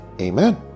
Amen